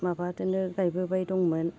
माबादोनो गायबोबाय दंमोन